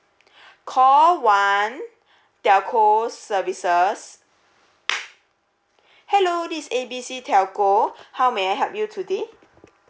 call one telco services hello this is A B C telco how may I help you today